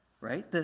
right